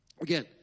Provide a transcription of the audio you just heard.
Again